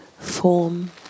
Form